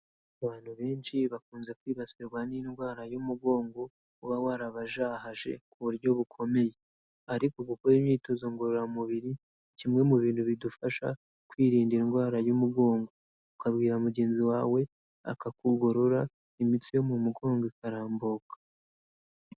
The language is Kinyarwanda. Abantu benshi bakunze kwibasirwa n'indwara y'umugongo uba warabajahaje ku buryo bukomeye ariko gukora imyitozo ngororamubiri, ni kimwe mu bintu bidufasha kwirinda indwara y'umugongo, ukabwira mugenzi wawe akakugorora imitsi yo mu mugongo ikarambuka.